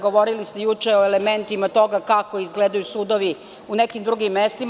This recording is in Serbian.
Govorili ste juče o elementima toga kako izgledaju sudovi u nekim drugim mestima.